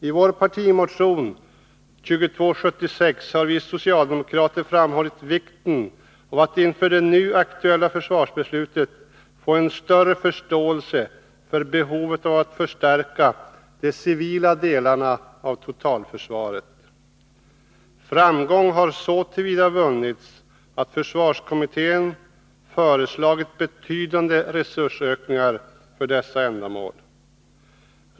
I vår partimotion 2276 har vi socialdemokrater framhållit vikten av att inför det nu aktuella försvarsbeslutet få en större förståelse för behovet av att förstärka de civila delarna av totalförsvaret. Framgång har så till vida vunnits att försvarskommittén föreslagit betydande resursökningar för dessa ändamål.